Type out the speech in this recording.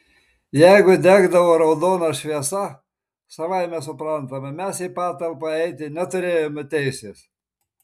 jeigu degdavo raudona šviesa savaime suprantama mes į patalpą eiti neturėjome teisės